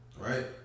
Right